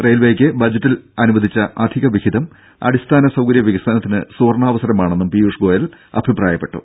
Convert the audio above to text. റെയിൽവെയ്ക്ക് ബജറ്റിൽ അനുവദിച്ച അധികവിഹിതം അടിസ്ഥാന വികസനത്തിന് സുവർണ്ണാവസരമാണെന്നും പീയുഷ് ഗോയൽ അഭിപ്രായപ്പെട്ടു